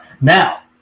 Now